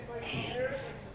hands